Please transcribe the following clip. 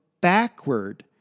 backward